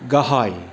गाहाय